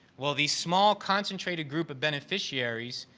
well, this small concentrated group of beneficiaries,